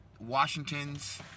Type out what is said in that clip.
Washington's